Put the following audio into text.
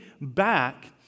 back